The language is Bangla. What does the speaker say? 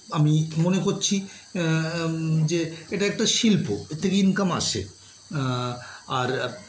আমি মনে করছি যে এটা একটা শিল্প এ থেকে ইনকাম আসে আর